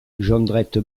jondrette